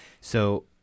So-